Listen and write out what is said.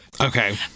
Okay